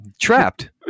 trapped